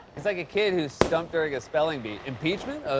he's like a kid who's stumped during a spelling bee. impeachment? ah,